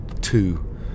two